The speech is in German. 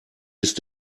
ist